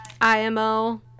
IMO